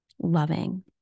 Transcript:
loving